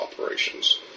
operations